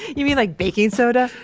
you mean like baking soda?